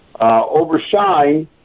overshine